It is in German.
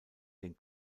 den